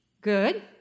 Good